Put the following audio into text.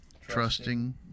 trusting